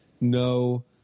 No